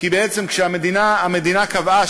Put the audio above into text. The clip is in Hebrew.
כי בעצם המדינה קבעה,